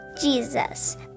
Jesus